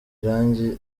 irangi